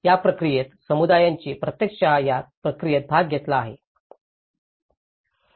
या प्रक्रियेमध्ये समुदायांनी प्रत्यक्षात या प्रक्रियेत भाग घेतला आहे